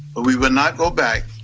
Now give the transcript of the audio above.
but we will not go back.